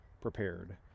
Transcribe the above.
prepared